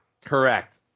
Correct